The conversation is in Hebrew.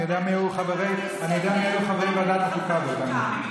אני יודע מי היו חברי ועדת החוקה באותם ימים.